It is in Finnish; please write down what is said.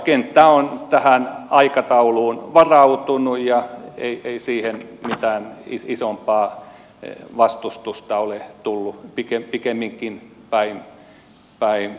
kenttä on tähän aikatauluun varautunut ja ei siihen mitään isompaa vastustusta ole tullut pikemminkin päinvastoin